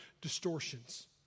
distortions